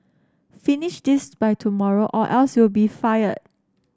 finish this by tomorrow or else you'll be fired